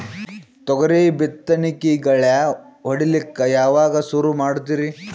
ತೊಗರಿ ಬಿತ್ತಣಿಕಿಗಿ ಗಳ್ಯಾ ಹೋಡಿಲಕ್ಕ ಯಾವಾಗ ಸುರು ಮಾಡತೀರಿ?